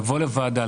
לבוא לוועדה,